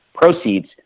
proceeds